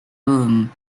room